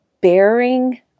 bearing